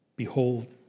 Behold